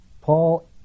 Paul